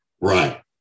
Right